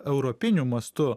europiniu mastu